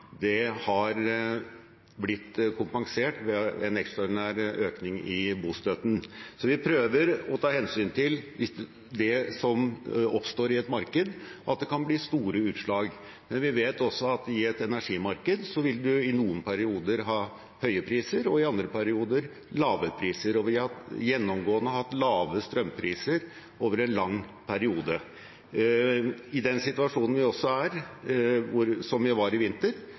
Det har blitt kompensert ved en ekstraordinær økning i bostøtten. Så vi prøver å ta hensyn til det som oppstår i et marked, og at det kan bli store utslag, men vi vet også at i et energimarked vil man i noen perioder ha høye priser og i andre perioder lave priser. Vi har gjennomgående hatt lave strømpriser over en lang periode. I den situasjonen som vi var i i vinter, hadde vi